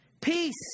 peace